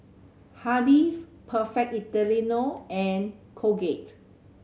Hardy's Perfect Italiano and Colgate